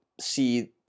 see